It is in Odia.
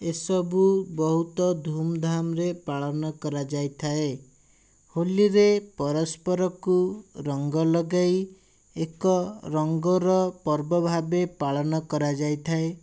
ଏସବୁ ବହୁତ ଧୂମଧାମରେ ପାଳନ କରାଯାଇଥାଏ ହୋଲିରେ ପରସ୍ପରକୁ ରଙ୍ଗ ଲଗାଇ ଏକ ରଙ୍ଗର ପର୍ବ ଭାବେ ପାଳନ କରାଯାଇଥାଏ